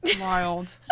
wild